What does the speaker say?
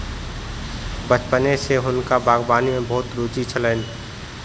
बचपने सॅ हुनका बागवानी में बहुत रूचि छलैन